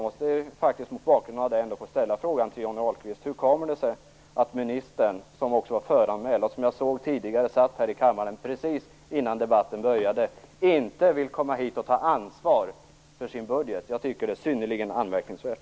Mot bakgrund av det måste jag få ställa frågan till Johnny Ahlqvist: Hur kommer det sig att ministern, som var föranmäld till debatten och som jag såg sitta här i kammaren precis innan debatten började, inte vill komma hit och ta ansvar för sin budget? Jag tycker att det är synnerligen anmärkningsvärt.